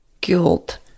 guilt